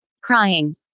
Crying